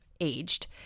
aged